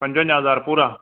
पंजवंजाह हज़ार पूरा